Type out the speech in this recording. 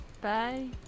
Bye